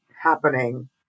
happening